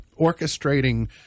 orchestrating